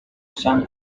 san